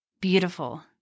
beautiful